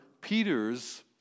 Peter's